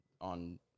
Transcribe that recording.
on